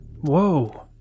Whoa